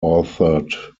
authored